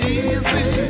easy